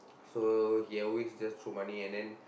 so he always just throw money and then